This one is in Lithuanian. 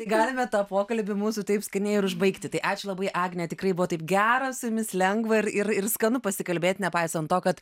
galime tą pokalbį mūsų taip skaniai ir užbaigti tai ačiū labai agne tikrai buvo taip gera su jumis lengva ir ir ir skanu pasikalbėt nepaisant to kad